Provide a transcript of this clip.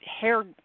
hair